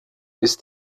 ist